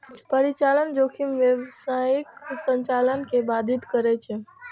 परिचालन जोखिम व्यावसायिक संचालन कें बाधित करै छै